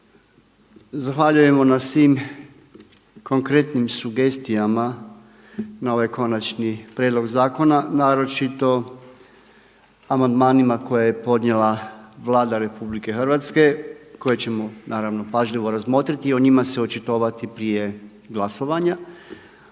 Zahvaljujemo na svim konkretnim sugestijama na ovaj konačni prijedlog zakona Naročito amandmanima koje je podnijela Vlada Republika Hrvatske koje ćemo naravno pažljivo razmotriti i o njima se očitovati prije glasovanja.